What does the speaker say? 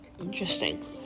interesting